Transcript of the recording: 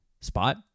spot